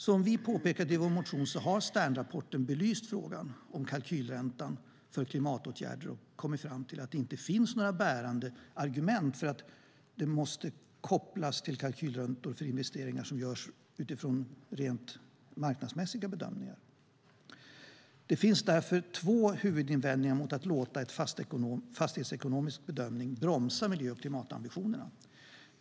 Som vi påpekat i vår motion har Sternrapporten belyst frågan om kalkylräntan för klimatåtgärder och kommit fram till att det inte finns några bärande argument för att den måste kopplas till kalkylräntor för investeringar som görs utifrån rent marknadsmässiga bedömningar. Det finns därför två huvudinvändningar mot att låta en fastighetsekonomisk bedömning bromsa miljö och klimatambitionerna.